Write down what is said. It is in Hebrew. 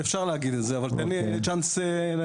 אפשר להגיד את זה אבל תן לי הזדמנות להסביר.